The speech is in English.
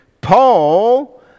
Paul